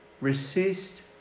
resist